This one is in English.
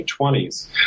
1920s